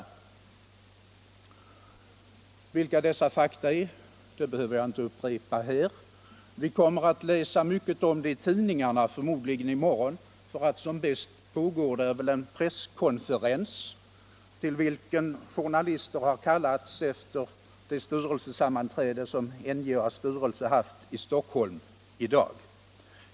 Vilka dessa fakta är behöver jag inte upprepa här. Vi kommer att läsa mycket om dem i tidningarna, förmodligen i morgon, för som bäst pågår det en presskonferens, till vilken journalister har kallats efter det sammanträde som NJA:s styrelse haft i Stockholm i dag.